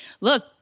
look